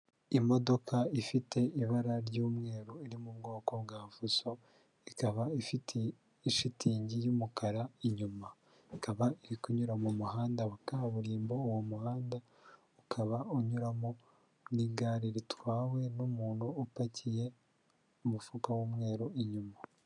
Imodoka ifite ibara ry'umweru iri mu bwoko bwa Fuso, ikaba ifite ishitingi y'umukara inyuma, ikaba iri kunyura mu muhanda wa kaburimbo, uwo muhanda ukaba unyuramo n'igare ritwawe n'umuntu upakiye umufuka w'umweru inyuma.